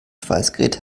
schweißgerät